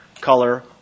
color